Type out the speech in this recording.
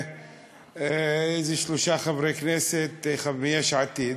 ואיזה שלושה חברי כנסת מיש עתיד.